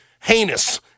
heinous